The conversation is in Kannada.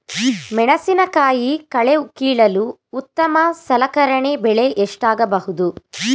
ಮೆಣಸಿನಕಾಯಿ ಕಳೆ ಕೀಳಲು ಉತ್ತಮ ಸಲಕರಣೆ ಬೆಲೆ ಎಷ್ಟಾಗಬಹುದು?